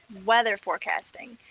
weather forecasting.